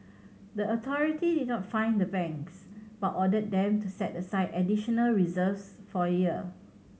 the authority did fine the banks but ordered them to set aside additional reserves for year